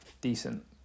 decent